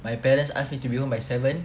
my parents ask me to be home by seven